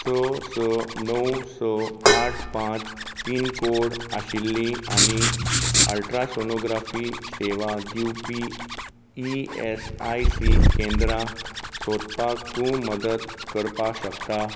स स णव स आठ पांच पिनकोड आशिल्लीं आनी अल्ट्रासोनोग्राफी सेवा दिवपी ई एस आय सी केंद्रां सोदपाक तूं मदत करपाक शकता